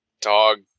Dog